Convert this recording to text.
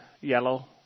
yellow